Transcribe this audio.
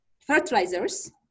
fertilizers